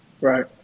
Right